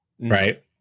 right